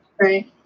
Right